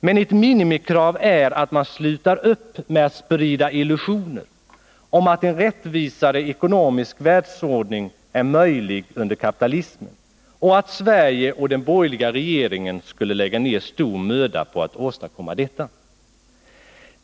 Men ett minimikrav är att man slutar upp med att sprida illusioner om att en rättvisare ekonomisk världsordning är möjlig under kapitalismen och att Sverige och den borgerliga regeringen skulle lägga ned stor möda på att åstadkomma detta.